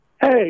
hey